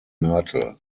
mörtel